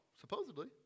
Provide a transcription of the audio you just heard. supposedly